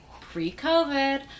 pre-COVID